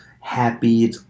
happy